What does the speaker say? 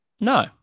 No